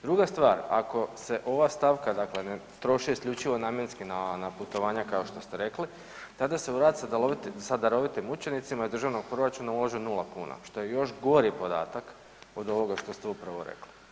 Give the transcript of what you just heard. Druga stvar, ako se ova stavka dakle ne troši isključivo namjenski na putovanja, kao što ste rekli, tada se u rad sa darovitim učenicima državnog proračuna ulaže 0 kuna, što je još gori podatak od ovoga što ste upravo rekli.